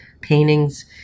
paintings